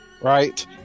right